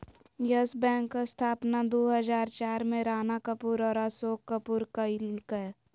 yes Bank स्थापना दू हजार चार में राणा कपूर और अशोक कपूर कइलकय